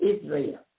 Israel